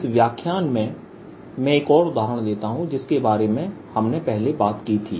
इस व्याख्यान में मैं एक और उदाहरण लेता हूं जिसके बारे में हमने पहले बात की थी